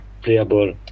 playable